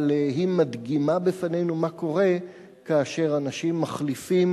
היא מדגימה בפנינו מה קורה כאשר אנשים מחליפים